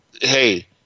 Hey